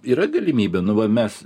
yra galimybė nu va mes